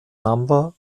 number